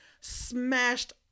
smashed